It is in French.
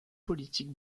politique